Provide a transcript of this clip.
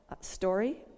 story